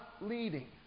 leading